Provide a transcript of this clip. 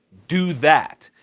do that.